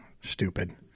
stupid